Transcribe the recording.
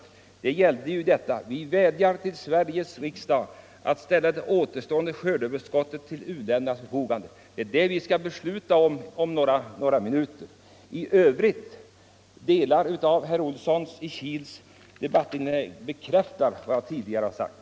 Namnlistan gällde alltså detta: Vi vädjar till Sveriges riksdag att ställa det återstående skördeöverskottet till u-ländernas förfogande. - Det är om det vi skall fatta beslut om några minuter. I övrigt bekräftar delar av herr Olssons i Kil debattinlägg vad jag tidigare har sagt.